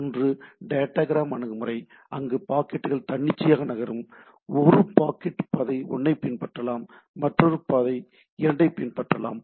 ஒன்று டேட்டாகிராம் அணுகுமுறை அங்கு பாக்கெட்டுகள் தன்னிச்சையாக நகரும் ஒரு பாக்கெட் பாதை 1 ஐ பின்பற்றலாம் மற்றொரு பாக்கெட் பாதை 2 ஐப் பின்பற்றலாம்